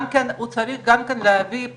ואנחנו נצטרך פה לראות אני מבינה שאתם